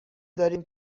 داریم